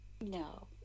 No